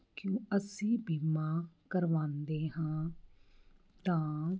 ਕਿਉਂ ਅਸੀਂ ਬੀਮਾ ਕਰਵਾਉਂਦੇ ਹਾਂ ਤਾਂ